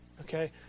Okay